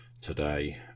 today